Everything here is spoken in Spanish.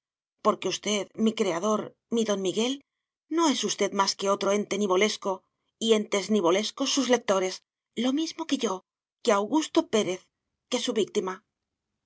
porque usted mi creador mi don miguel no es usted más que otro ente nivolesco y entes nivolescos sus lectores lo mismo que yo que augusto pérez que su víctima